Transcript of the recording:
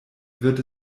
wird